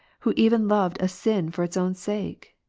who even loved a sin for its own sake?